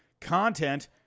content